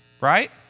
right